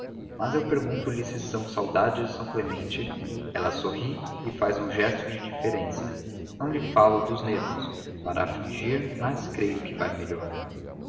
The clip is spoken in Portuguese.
mas eu pergunto lhe se são saudades de são clemente ela sorri e faz um gesto de indiferença não lhe falo dos nervos para não a afligir mas creio que vai melhor